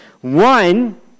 One